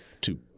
two